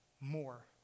more